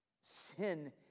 Sin